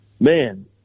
man